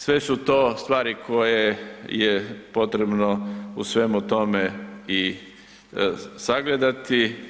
Sve su to stvari koje je potrebno u svemu tome i sagledati.